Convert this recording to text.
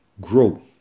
grow